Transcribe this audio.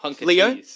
Leo